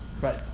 right